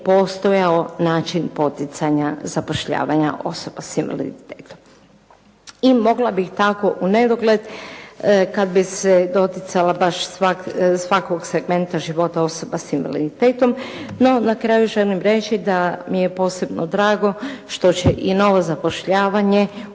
postojao način poticanja zapošljavanja osoba sa invaliditetom. I mogla bih tako u nedogled, kada bi se doticala baš svakog segmenta života osoba sa invaliditetom. No na kraju želim reći da mi je posebno drago što će i novo zapošljavanje u